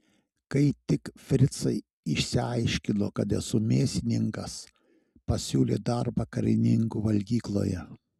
kai tik fricai išsiaiškino kad esu mėsininkas pasiūlė darbą karininkų valgykloje